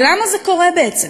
ולמה זה קורה בעצם?